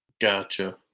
Gotcha